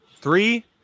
Three